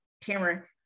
Tamara